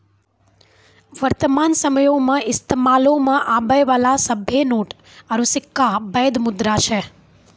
वर्तमान समयो मे इस्तेमालो मे आबै बाला सभ्भे नोट आरू सिक्का बैध मुद्रा छै